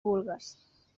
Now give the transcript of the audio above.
vulgues